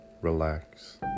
relax